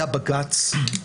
היה בג"ץ,